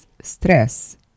stress